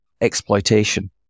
exploitation